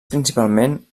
principalment